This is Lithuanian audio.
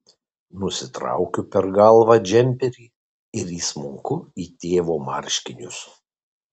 nusitraukiu per galvą džemperį ir įsmunku į tėvo marškinius